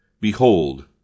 Behold